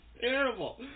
terrible